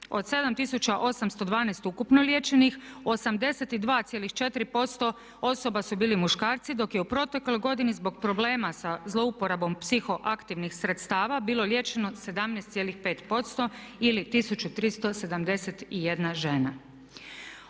Od 7812 ukupno liječenih 82,4% osoba su bili muškarci. Dok je u protekloj godini zbog problema sa zlouporabom psihoaktivnih sredstava bilo liječeno 17,5% ili 1371 žena.